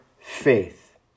faith